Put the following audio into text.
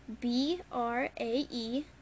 b-r-a-e